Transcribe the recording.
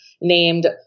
named